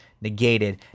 negated